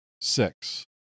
six